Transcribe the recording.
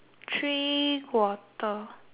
quarter